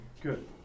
Good